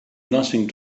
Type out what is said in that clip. nothing